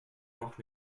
noch